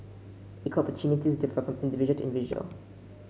equal opportunities differ from individual to individual